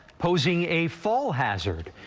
posing a fall hazard.